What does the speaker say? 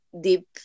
deep